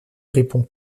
répond